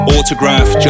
Autograph